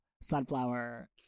sunflower